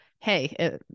hey